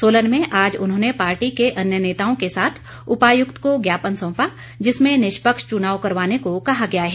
सोलन में आज उन्होंने पार्टी के अन्य नेताओं के साथ उपायुक्त को ज्ञापन सौंपा जिसमें निष्पक्ष चुनाव करवाने को कहा गया है